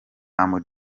humble